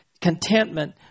contentment